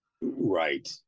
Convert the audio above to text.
right